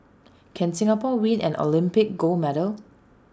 can Singapore win an Olympic gold medal